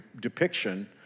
depiction